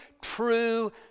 true